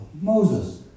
Moses